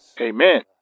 Amen